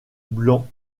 blancs